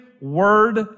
word